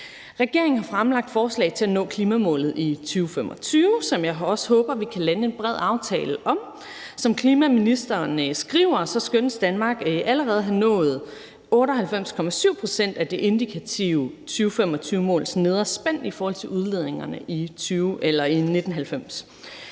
Regeringen har fremlagt forslag til at nå klimamålet i 2025, hvilket jeg også håber at vi kan lande en bred aftale om. Som klimaministeren skriver, skønnes Danmark allerede at have nået 98,7 pct. af det indikative 2025-måls nedre spænd i forhold til udledningerne i 1990.